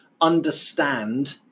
understand